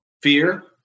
fear